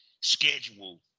schedule